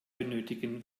benötigen